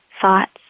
thoughts